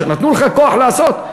נתנו לך כוח לעשות?